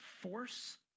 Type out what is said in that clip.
force